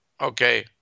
okay